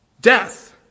death